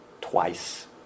twice